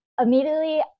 immediately